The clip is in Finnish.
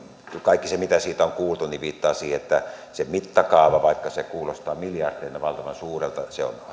kaikki se mitä siitä on kuultu viittaa siihen että sen mittakaava vaikka se kuulostaa miljardeina valtavan suurelta on